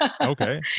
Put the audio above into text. Okay